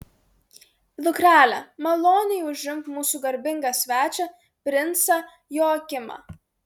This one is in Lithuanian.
dukrele maloniai užimk mūsų garbingą svečią princą joakimą